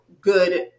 good